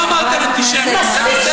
לא אמרתם "אנטישמיות".